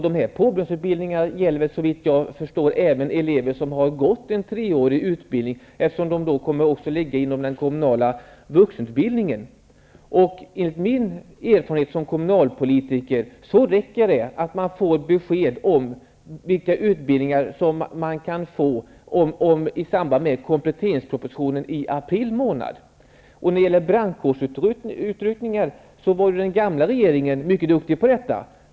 Men såvitt jag förstår gäller påbyggnadsutbildningarna även elever som har gått en treårig utbildning, eftersom de kommer att ligga inom den kommunala vuxenutbildningen. Enligt min erfarenhet som kommunalpolitiker räcker det att man i samband med kompletteringspropositionen i april månad får besked om vilka utbildningar man kan få. När det gäller brandkårsutryckningar var det något som den gamla regeringen var mycket duktig på.